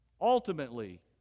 ultimately